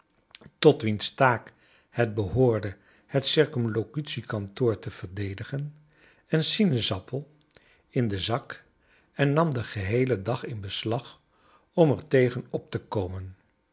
tot wiens taak het behoorde het c k te verdedigen een sinaasappel in den zak en nam den geheelen dag in beslag om er tegen op te komen